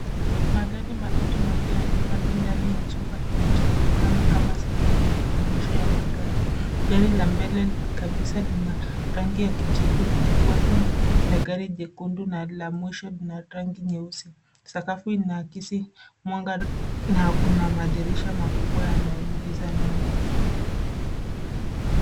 Magari matatu mapya yamepaki ndani ya chumba kinachoonekana kama sehemu ya maonyesho ya magari. Gari la mbele kabisa lina rangi ya kijivu likifuatwa na gari jekundu na la mwisho lina rangi nyeusi. Sakafu inaakisi mwanga na kuna madirisha makubwa yanayoingiza nuru.